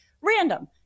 Random